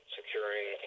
securing